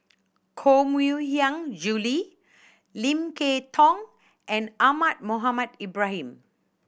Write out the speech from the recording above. Koh Mui Hiang Julie Lim Kay Tong and Ahmad Mohamed Ibrahim